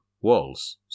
walls